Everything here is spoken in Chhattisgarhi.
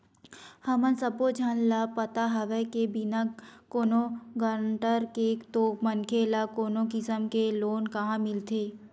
हमन सब्बो झन ल पता हवय के बिना कोनो गारंटर के तो मनखे ल कोनो किसम के लोन काँहा मिलथे